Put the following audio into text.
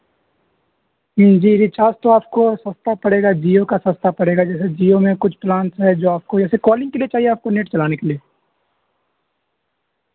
جی جی ریچارج تو آپ کو سستا پڑے گا جیو کا سستا پڑے گا جیسے جیو میں کچھ پلانس ہے جو آپ کو جیسے کالنگ کے لیے چاہیے آپ کو نیٹ چلانے کے لیے